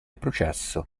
processo